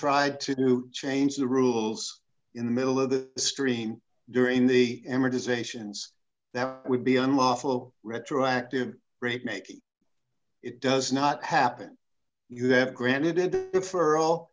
tried to change the rules in the middle of the stream during the amortizations that would be unlawful retroactive rate maybe it does not happen you have granted it for all